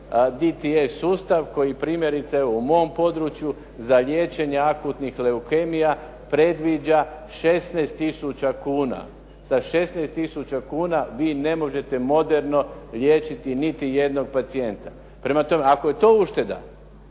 DTE sustav koji primjerice evo u mom području za liječenje akutnih leukemija predviđa 16 tisuća kuna. sa 16 tisuća kuna vi ne možete moderno liječiti niti jednog pacijenta. Prema tome, ako je to ušteda